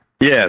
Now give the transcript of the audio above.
Yes